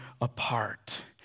apart